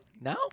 No